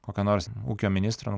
kokio nors ūkio ministro